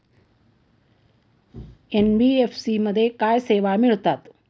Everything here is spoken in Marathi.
एन.बी.एफ.सी मध्ये काय सेवा मिळतात?